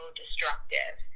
destructive